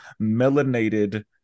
melanated